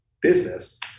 business